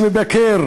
שמבקר